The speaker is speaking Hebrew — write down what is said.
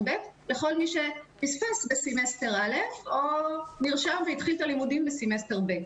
ב' לכל מי שפספס בסמסטר א' או נרשם והתחיל את הלימודים בסמסטר ב'.